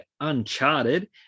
Uncharted